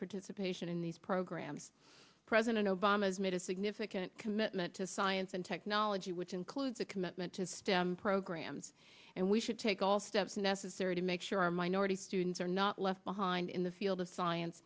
participation in these programs president obama has made a significant commitment to science and technology which the commitment to stem programs and we should take all steps necessary to make sure our minority students are not left behind in the field of science